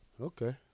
okay